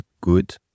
good